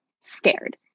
scared